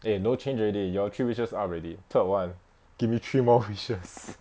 eh no change already your three wishes up already third [one] give me three more wishes